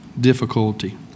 Difficulty